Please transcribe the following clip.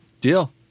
Deal